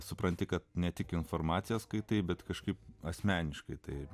supranti kad ne tik informaciją skaitai bet kažkaip asmeniškai tai